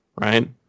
right